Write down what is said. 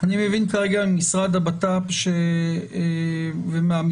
מבין כרגע מהמשרד לביטחון פנים ומהמשטרה,